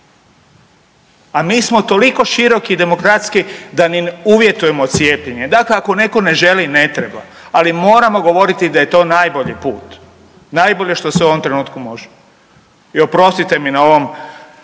A mi smo toliko široki demokratski da ni ne uvjetujemo cijepljenje. Dakle, ako netko ne želi, ne treba, ali moramo govoriti da je to najbolji put. Najbolje što se u ovom trenutku može i oprostite mi na ovom